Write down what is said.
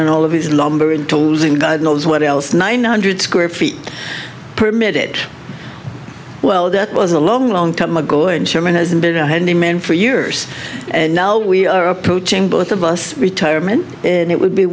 and all of his lumber into losing god knows what else nine hundred square feet permit it well that was a long long time ago and sherman has been a handyman for years and now we are approaching both of us retirement and it would be